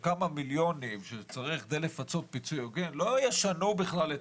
שכמה מיליונים שצריך כדי לפצות פיצוי הוגן לא ישנו בכלל את